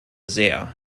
sehr